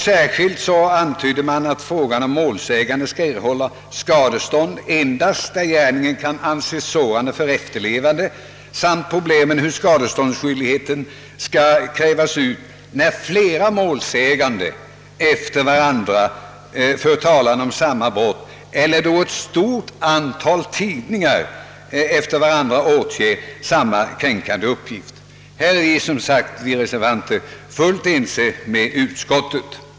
Särskilt antyddes frågan, om målsägande skall erhålla skadestånd endast där gärningen kan anses sårande för de efterlevande samt problemen hur skadeståndsskyldighet skall utkrävas då flera målsägande efter varandra för talan om samma brott eller då ett stort antal tidningar efter varandra återger samma kränkande uppgift. Härvidlag är som sagt vi reservanter fullt ense med utskottet.